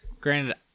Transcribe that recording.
Granted